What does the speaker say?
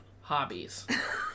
hobbies